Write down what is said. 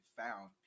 found